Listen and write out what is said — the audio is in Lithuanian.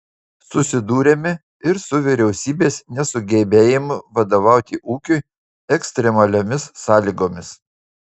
susidūrėme ir su vyriausybės nesugebėjimu vadovauti ūkiui ekstremaliomis sąlygomis